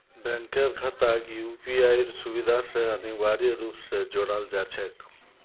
बैंकेर खाताक यूपीआईर सुविधा स अनिवार्य रूप स जोडाल जा छेक